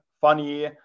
funny